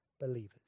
believers